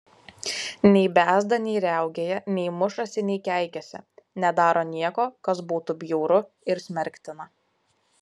nei bezda nei riaugėja nei mušasi nei keikiasi nedaro nieko kas būtų bjauru ir smerktina